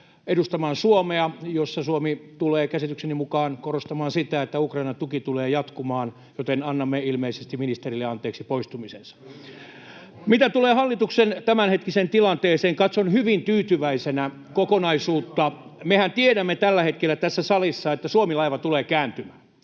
vuosikokoukseen, jossa Suomi tulee käsitykseni mukaan korostamaan sitä, että Ukrainan tuki tulee jatkumaan, joten annamme ilmeisesti ministerille anteeksi poistumisensa. Mitä tulee hallituksen tämänhetkiseen tilanteeseen, katson hyvin tyytyväisenä kokonaisuutta. Mehän tiedämme tällä hetkellä tässä salissa, että Suomi-laiva tulee kääntymään.